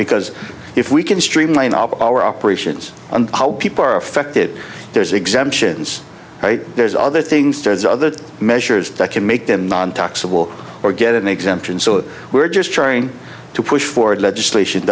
because if we can streamline up our operations on how people are affected there's exemptions there's other things there's other measures that can make them nontaxable or get an exemption so that we're just trying to push forward legislation t